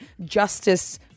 justice